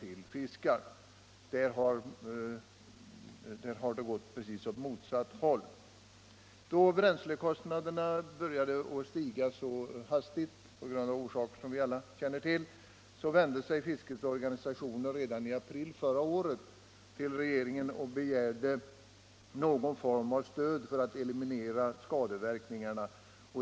I det avseendet har utvecklingen gått åt rakt motsatt håll. Då bränslekostnaderna började stiga så hastigt, av orsaker som vi alla känner till, vände sig fiskets organisationer redan i april förra året till regeringen och begärde någon form av stöd för att eliminera skadeverkningarna.